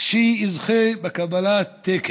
שיזכה בקבלת תקן.